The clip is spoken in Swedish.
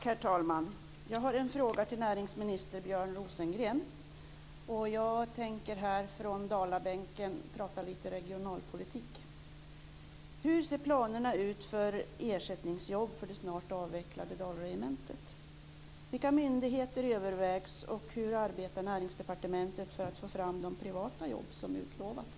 Herr talman! Jag har en fråga till näringsminister Björn Rosengren. Jag tänker här från Dalabänken prata litet regionalpolitik. Hur ser planerna ut för ersättningsjobb för det snart avvecklade Dalregementet? Vilka myndigheter övervägs och hur arbetar Näringsdepartementet för att få fram de privata jobb som utlovats?